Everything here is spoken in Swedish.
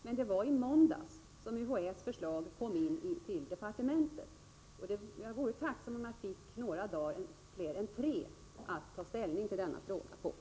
Men det var först i måndags som UHÄT:s förslag kom in till departementet, och jag vore tacksam om jag fick några fler dagar än tre för att ta ställning till frågan.